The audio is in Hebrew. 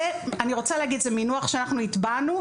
אני רוצה להגיד, זה מינוח שאנחנו הטבענו.